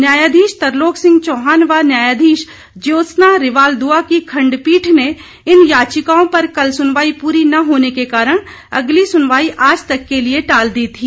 न्यायाधीश तरलोक सिंह चौहान व न्यायाधीश ज्योत्सना रिवाल दुआ की खंडपीठ ने इन याचिकाओं पर कल सुनवाई पूरी न होने के कारण अगली सुनवाई आज तक के लिये टाल दी थी